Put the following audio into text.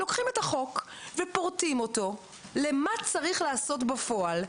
לוקחים את החוק ופורטים אותו למה שצריך לעשות בפועל,